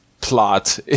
plot